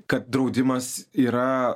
kad draudimas yra